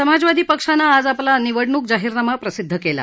समाजवादी पक्षानं आज आपला निवडणूक जाहीरनामा प्रसिद्ध केला